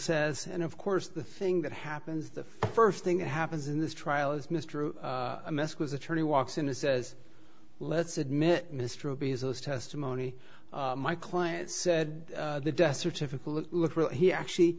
says and of course the thing that happens the first thing that happens in this trial is mr a mess because attorney walks in and says let's admit mr robey has those testimony my client said the death certificate he actually